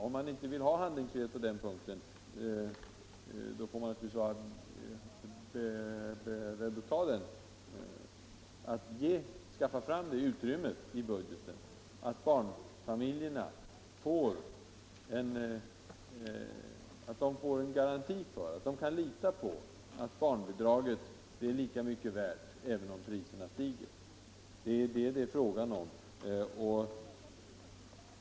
Om man inte vill ha handlingsfrihet på den punkten, får man naturligtvis skaffa fram ett sådant utrymme i budgeten att barnfamiljerna kan lita på att barnbidraget är lika mycket värt även om priserna stiger. Det är det som det är fråga om.